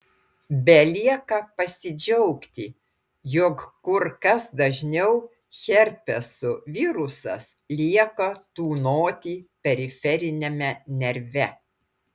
belieka pasidžiaugti jog kur kas dažniau herpeso virusas lieka tūnoti periferiniame nerve